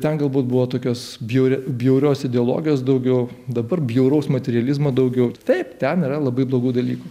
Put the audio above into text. ten galbūt buvo tokios bjaurios bjaurios ideologijos daugiau dabar bjauraus materializmo daugiau taip ten yra labai blogų dalykų